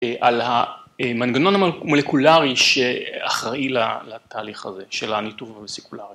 ‫על המנגנון המולקולרי ‫שאחראי לתהליך הזה, ‫של הניתוב הווסיקולרי.